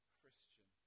Christian